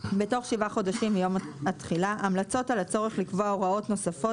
בתוך שבעה חודשים מיום התחילה המלצות על הצורך לקבוע הוראות נוספות